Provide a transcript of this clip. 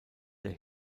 der